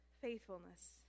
faithfulness